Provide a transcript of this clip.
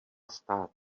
stát